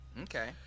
Okay